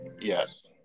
Yes